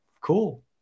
cool